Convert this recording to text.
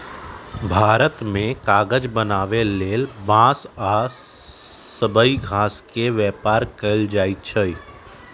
भारत मे कागज बनाबे लेल बांस आ सबइ घास के व्यवहार कएल जाइछइ